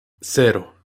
cero